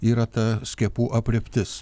yra ta skiepų aprėptis